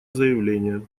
заявление